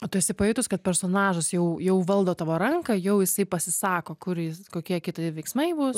o tu esi pajutus kad personažas jau jau valdo tavo ranką jau jisai pasisako kur jis kokie kiti veiksmai bus labai